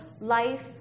life